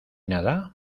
nada